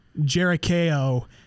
Jericho